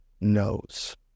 knows